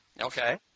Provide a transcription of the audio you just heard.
Okay